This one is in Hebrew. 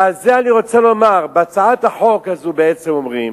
ועל זה אני רוצה לומר, בהצעת החוק הזאת אומרים: